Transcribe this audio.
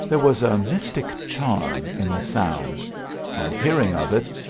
there was a mystic charm in the sound on hearing of it,